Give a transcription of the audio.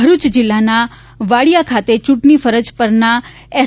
ભરૂચ જિલ્લાના વાળીયા ખાતે ચૂંટણી ફરજ પરના એસ